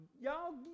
Y'all